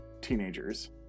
teenagers